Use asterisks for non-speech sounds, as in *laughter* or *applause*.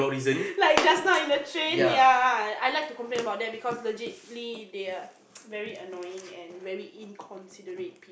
*laughs* like just now in the train ya I like to complain about them because legit ~ly they are very annoying and very inconsiderate peep